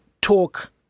talk